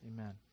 Amen